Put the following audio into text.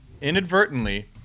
inadvertently